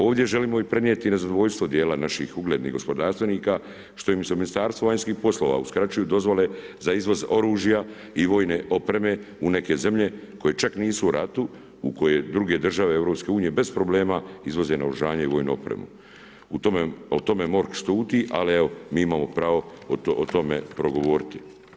Ovdje želimo i prenijeti nezadovoljstvo dijela naših uglednih gospodarstvenika što im se u Ministarstvu vanjskih poslova uskraćuju dozvole za izvoz oružja i vojne opreme u neke zemlje koje čak nisu u ratu u koje druge države EU bez problema izvoze naoružanje i vojnu opremu, a o tome MORH šuti, ali evo, mi imamo pravo o tome progovoriti.